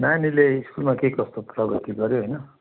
नानीले स्कुलमा के कस्तो प्रगति गऱ्यो होइन